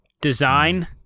design